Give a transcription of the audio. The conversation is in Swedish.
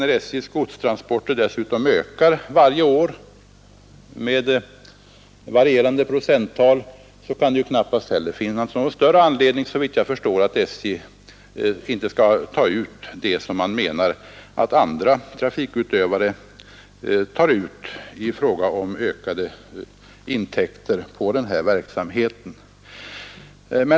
När dessutom SJ:s godstransporter ökar varje år med varierande procenttal kan det knappast heller, såvitt jag förstår, finnas någon större anledning för SJ att inte ta ut det som andra trafikutövare tar ut i ökade intäkter på denna verksamhet.